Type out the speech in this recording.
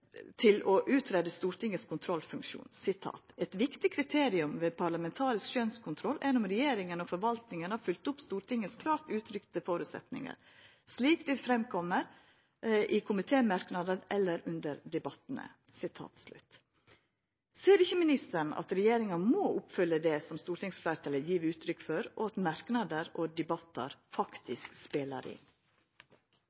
til å utrede Stortingets kontrollfunksjon: «Et viktig kriterium ved parlamentarisk skjønnskontroll, er om regjering og forvaltning har fulgt opp Stortingets klart uttalte forutsetninger, slik de kommer til uttrykk i komitémerknader eller under debattene.» Ser ikkje ministeren at regjeringa må oppfylla det som stortingsfleirtalet gjev uttrykk for, og at merknader og debattar